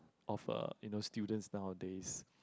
of a you know students nowadays